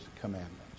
commandments